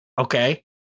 Okay